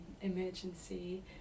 emergency